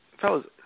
Fellas